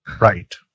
right